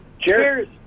Cheers